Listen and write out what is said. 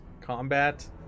combat